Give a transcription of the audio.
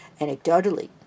Anecdotally